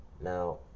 Now